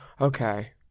Okay